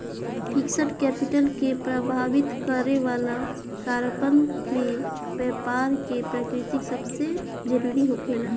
fixed capital के प्रभावित करे वाला कारकन में बैपार के प्रकृति सबसे जरूरी होखेला